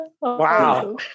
Wow